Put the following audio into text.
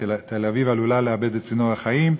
תל-אביב עלולה לאבד את צינור החיים,